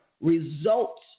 results